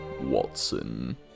Watson